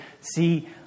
see